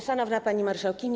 Szanowna Pani Marszałkini!